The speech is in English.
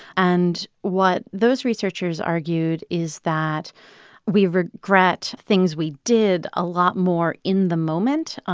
and what those researchers argued is that we regret things we did a lot more in the moment.